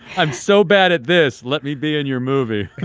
i'm so bad at this. let me be in your movie